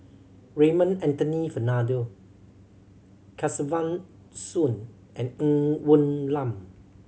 Raymond Anthony Fernando Kesavan Soon and Ng Woon Lam